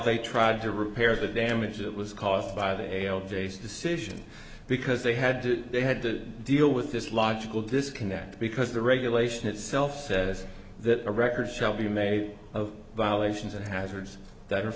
they tried to repair the damage it was caused by the hail days decision because they had to they had to deal with this logical disconnect because the regulation itself says that a record shall be made of violations and hazards that are